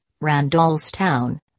Randallstown